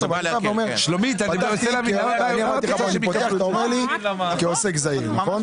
אני פותח אתה אומר לי כעוסק זעיר, נכון?